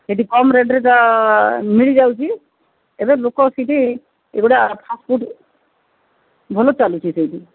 ସେଠି କମ୍ ରେଟ୍ରେ ତ ମିଳିଯାଉଛି ଏବେ ଲୋକ ସେଠି ଏଗୁଡ଼ା ଫାଷ୍ଟ୍ ଫୁଡ୍ ଭଲ ଚାଲୁଛି ସେଇଠି